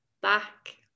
back